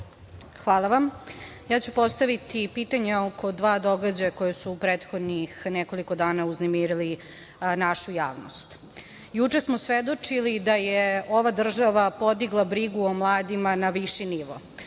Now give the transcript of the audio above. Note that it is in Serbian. Hvala vam. Postaviću pitanja oko dva događaja koja su u prethodnih nekoliko dana uznemirili našu javnost. Juče smo svedočili da je ova država podigla brigu o mladima na viši nivo.